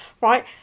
right